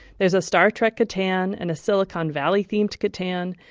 there's a star trek catan and a silicon valley-themed catan.